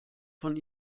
von